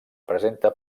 presenta